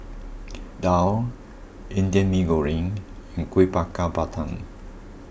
Daal Indian Mee Goreng and Kuih Bakar Pandan